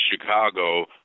Chicago